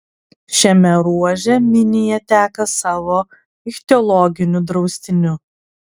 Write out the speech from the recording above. šiame ruože minija teka savo ichtiologiniu draustiniu